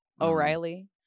O'Reilly